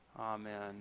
Amen